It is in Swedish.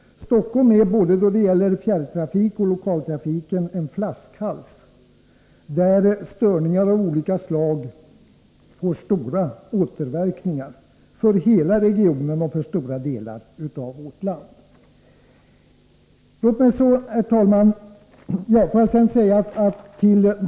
Stockholm är både då det gäller fjärrtrafik och lokaltrafik en flaskhals, där störningar av olika slag får stora återverkningar för hela regionen och för stora delar av vårt land.